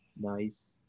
Nice